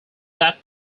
that